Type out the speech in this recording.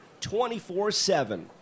24-7